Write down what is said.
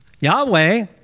Yahweh